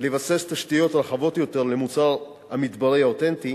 לבסס תשתיות רחבות יותר למוצר המדברי האותנטי